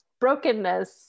brokenness